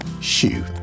shoot